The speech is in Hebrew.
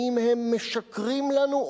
ואם הם משקרים לנו,